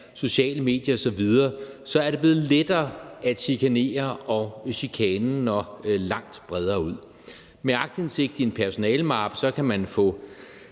sociale medier osv. er det blevet lettere at chikanere, og chikanen når langt bredere ud. Med en aktindsigt i en personalemappe kan man få